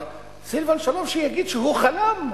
אבל סילבן שלום, שיגיד שהוא חלם?